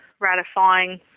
ratifying